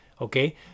okay